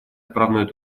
отправной